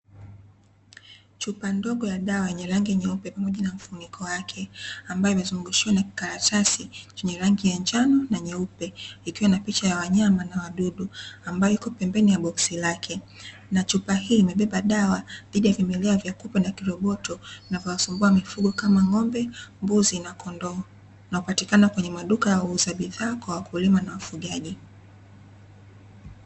Chupa ndogo ya dawa yenye rangi nyeupe pamoja na mfuniko wake, ambayo imezungushiwa na kikaratasi chenye rangi ya njano na nyeupe, ikiwa na picha ya wanyama na wadudu ambayo iko pembeni ya boksi lake. Na chupa hii imebeba dawa dhidi ya vimelea vya kupe na kiroboto na vinavyowasumbua mifugo, kama; ng'ombe, mbuzi na kondoo, vinavyopatikana kwenye maduka ya wauza bidhaa kwa wakulima na wafugaji.